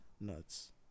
nuts